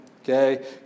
okay